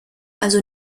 also